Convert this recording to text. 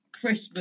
Christmas